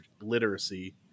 literacy